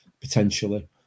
potentially